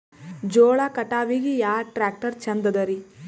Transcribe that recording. ಜೋಳ ಕಟಾವಿಗಿ ಯಾ ಟ್ಯ್ರಾಕ್ಟರ ಛಂದದರಿ?